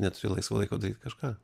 neturi laisvo laiko daryt kažką